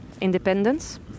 independence